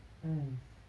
!hais!